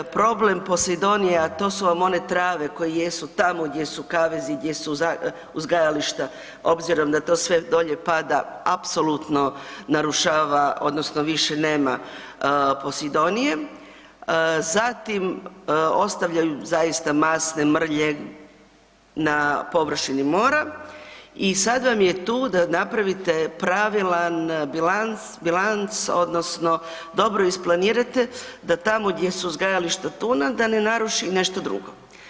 Problem posidonija, a to su vam one trave koje jesu tamo gdje su kavezi, gdje su uzgajališta, obzirom da to sve dolje pada apsolutno narušava, odnosno više nema posidonije, zatim, ostavljaju zaista masne mrlje na površini mora i sad vam je tu da napravite pravilan bilanc, bilanc odnosno dobro isplanirate, da tamo gdje su uzgajališta tuna da ne naruši nešto drugo.